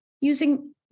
using